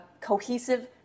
cohesive